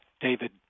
David